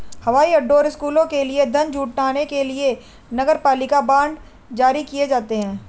हवाई अड्डों और स्कूलों के लिए धन जुटाने के लिए नगरपालिका बांड जारी किए जाते हैं